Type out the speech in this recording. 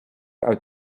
uit